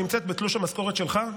נמצאת בתלוש המשכורת שלך,